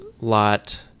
lot